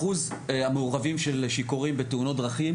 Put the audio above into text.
אחוז המעורבים של שיכורים בתאונות דרכים,